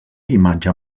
imatge